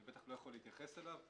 אני בטח לא יכול להתייחס אליו,